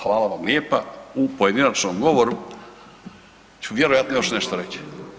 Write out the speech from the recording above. Hvala vam lijepa, u pojedinačnom govoru ću vjerojatno još nešto reći.